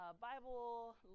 Bible